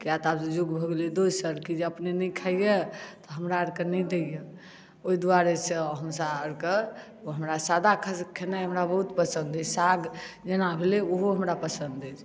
किआ तऽ आब जुग भऽ गेलै दोसर की जे अपने नहि खइया तऽ हमरा आर के नहि दैया ओहि दुआरे से हमरा आर के ओ हमरा सादा खाना हमरा बहुत पसन्द अछि साग जेना भेलै हमरा ओहो पसन्द अछि